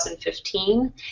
2015